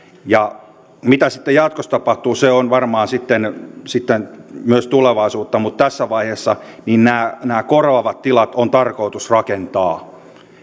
se mitä sitten jatkossa tapahtuu on varmaan sitten sitten myös tulevaisuutta mutta tässä vaiheessa nämä nämä korvaavat tilat on tarkoitus rakentaa